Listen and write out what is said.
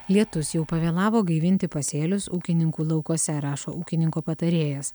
lietus jau pavėlavo gaivinti pasėlius ūkininkų laukuose rašo ūkininko patarėjas